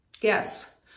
Yes